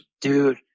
Dude